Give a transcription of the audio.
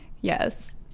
Yes